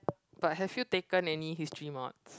but have you taken any history mods